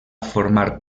formar